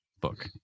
book